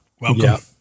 Welcome